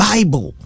Bible